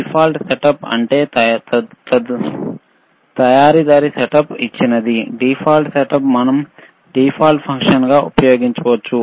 default setup అంటే తయారీదారు setup ఇచ్చినది డిఫాల్ట్ సెటప్ మనం డిఫాల్ట్ ఫంక్షన్ గా ఉపయోగించవచ్చు